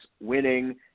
winning